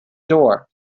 door